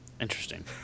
Interesting